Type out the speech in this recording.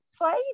play